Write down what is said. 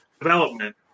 development